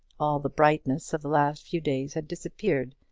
all the brightness of the last few days had disappeared,